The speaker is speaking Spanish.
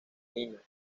niños